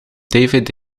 dvd